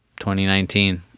2019